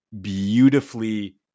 beautifully